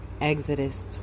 Exodus